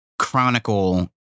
chronicle